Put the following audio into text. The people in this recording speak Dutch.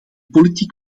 politiek